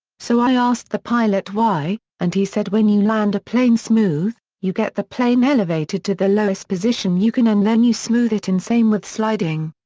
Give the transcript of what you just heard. so i asked the pilot why, and he said when you land a plane smooth, you get the plane elevated to the lowest position you can and then you smooth it in. same with sliding.